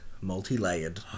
multi-layered